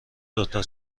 دوتا